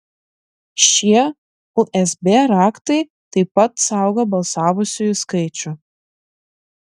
šie usb raktai taip pat saugo balsavusiųjų skaičių